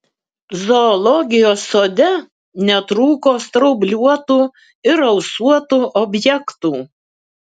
zoologijos sode netrūko straubliuotų ir ausuotų objektų